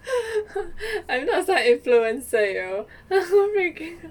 I'm not some influencer you know